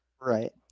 Right